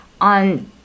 on